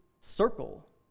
circle